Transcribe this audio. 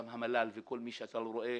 גם המל"ל וכל מי שאתה לא רואה,